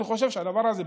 אני חושב שהדבר הזה,